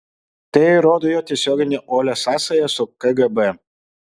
tai įrodo jo tiesioginę uolią sąsają su kgb